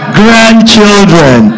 grandchildren